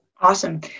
Awesome